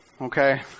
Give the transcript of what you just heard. okay